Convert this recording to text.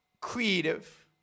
creative